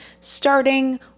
starting